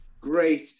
Great